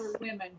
women